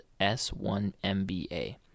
S1MBA